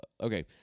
okay